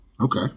Okay